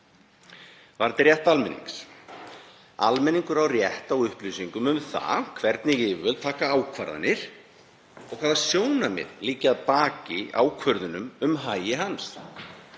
það á við. Réttur almennings: Almenningur á rétt á upplýsingum um það hvernig yfirvöld taka ákvarðanir og hvaða sjónarmið liggja að baki ákvörðunum um hagi hans.